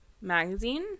magazine